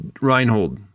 Reinhold